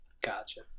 gotcha